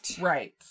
Right